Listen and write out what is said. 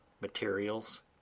materials